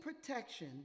protection